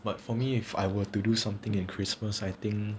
but for me if I were to do something and christmas I think